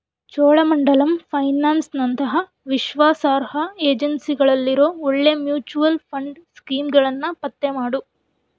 ಚೋಳಮಂಡಲಂ ಫೈನಾನ್ಸ್ನಂತಹ ವಿಶ್ವಾಸಾರ್ಹ ಏಜೆನ್ಸಿಗಳಲ್ಲಿರೋ ಒಳ್ಳೆಯ ಮ್ಯೂಚ್ವಲ್ ಫಂಡ್ ಸ್ಕೀಮ್ಗಳನ್ನು ಪತ್ತೆ ಮಾಡು